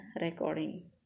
recording